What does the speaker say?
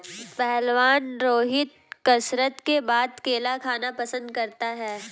पहलवान रोहित कसरत के बाद केला खाना पसंद करता है